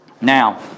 Now